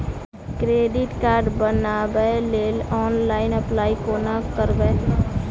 Credit card बनाबै लेल online apply कोना करबै?